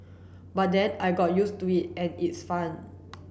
but then I got used to it and its fun